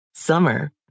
Summer